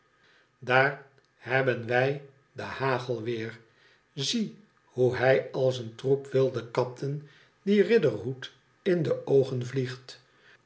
daar hebben wij den hagel weer zie hoe hij als een troep wilde katten dien riderhood in de oogen vliegt